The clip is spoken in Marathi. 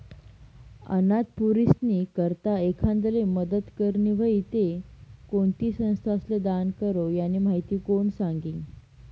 अनाथ पोरीस्नी करता एखांदाले मदत करनी व्हयी ते कोणती संस्थाले दान करो, यानी माहिती कोण सांगी